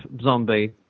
zombie